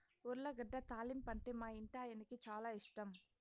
ఉర్లగడ్డ తాలింపంటే మా ఇంటాయనకి చాలా ఇష్టం